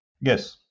Yes